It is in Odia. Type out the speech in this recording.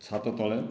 ଛାତ ତଳେ